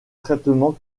traitement